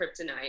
kryptonite